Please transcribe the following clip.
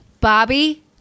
Bobby